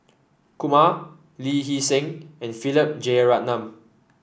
Kumar Lee Hee Seng and Philip Jeyaretnam